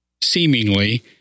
seemingly